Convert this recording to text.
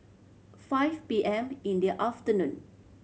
five P M in the afternoon